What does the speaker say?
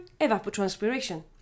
evapotranspiration